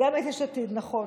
גם את יש עתיד, נכון.